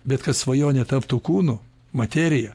bet kad svajonė taptų kūnu materija